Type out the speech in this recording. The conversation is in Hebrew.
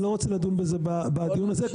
אני לא רוצה לדון על כך בדיון הזה,